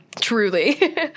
truly